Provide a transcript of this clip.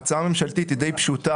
ההצעה הממשלתית היא די פשוטה.